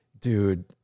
dude